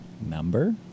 number